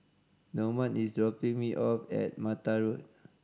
Normand is dropping me off at Mattar Road